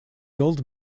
old